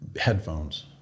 headphones